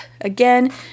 again